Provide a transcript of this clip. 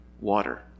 water